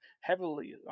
heavily